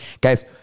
Guys